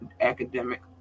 academic